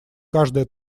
каждое